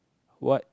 what